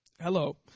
Hello